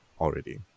Already